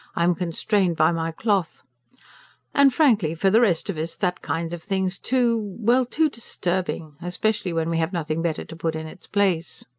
i am constrained by my cloth and frankly, for the rest of us, that kind of thing's too well, too disturbing. especially when we have nothing better to put in its place.